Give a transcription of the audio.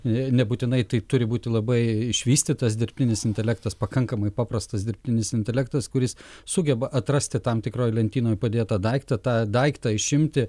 ne nebūtinai tai turi būti labai išvystytas dirbtinis intelektas pakankamai paprastas dirbtinis intelektas kuris sugeba atrasti tam tikroj lentynoj padėtą daiktą tą daiktą išimti